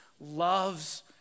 loves